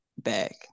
back